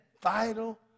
vital